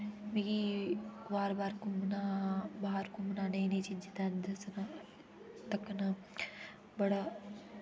मिगी बाह्र बाह्र घुमना बाह्र घुमना बड़ा